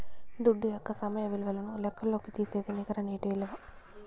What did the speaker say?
దుడ్డు యొక్క సమయ విలువను లెక్కల్లోకి తీసేదే నికర నేటి ఇలువ